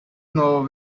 know